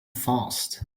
fast